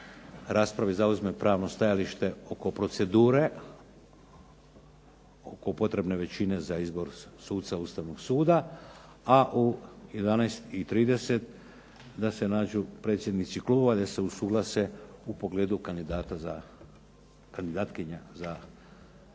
raspravi, zauzme pravno stajalište oko procedure, oko potrebne većine za izbor suca Ustavnog suda a u 11 i 30 da se nađu predsjednici Klubova da se usuglase u pogledu kandidatkinja jedne